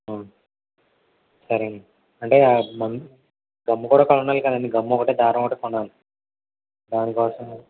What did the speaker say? అవును సరేనండి అంటే గా గమ్ కూడా కొనాలి కదండి గమ్ ఒకటి దారం ఒకటి కొనాలి దాని కోసము